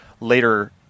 later